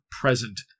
present